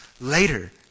later